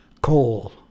coal